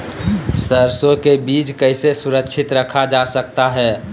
सरसो के बीज कैसे सुरक्षित रखा जा सकता है?